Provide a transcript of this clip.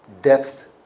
depth